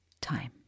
time